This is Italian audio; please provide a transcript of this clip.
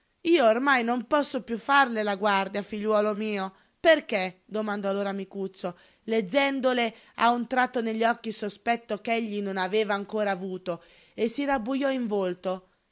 io ormai non posso piú farle la guardia figliuolo mio perché domandò allora micuccio leggendole a un tratto negli occhi il sospetto ch'egli non aveva ancora avuto e si rabbujò in volto